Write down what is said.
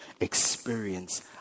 experience